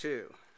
two